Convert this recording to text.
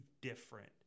different